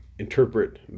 Interpret